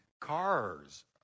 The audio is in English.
Cars